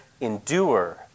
endure